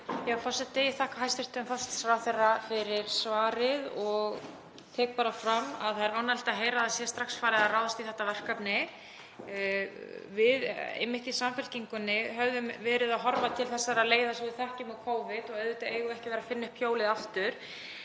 Forseti. Ég þakka hæstv. forsætisráðherra fyrir svarið og tek fram að það er ánægjulegt að heyra að það sé strax farið að ráðast í þetta verkefni. Við í Samfylkingunni höfum verið að horfa til þessarar leiðar sem við þekkjum úr Covid og auðvitað eigum við ekki að vera að finna upp hjólið aftur.